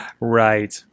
right